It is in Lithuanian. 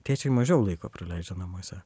tėčiai mažiau laiko praleidžia namuose